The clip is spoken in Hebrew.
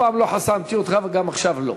אף פעם לא חסמתי אותך וגם עכשיו לא.